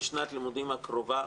בשנת הלימודים הקרובה,